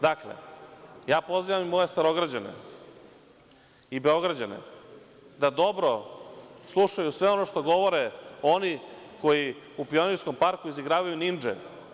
Dakle, ja pozivam i moje Starograđane i Beograđane da dobro slušaju sve ono što govore oni koji u Pionirskom parku izigravaju nindže.